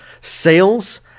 sales